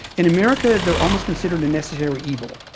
in america they are almost considered a necessary evil.